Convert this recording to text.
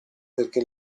perché